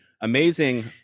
amazing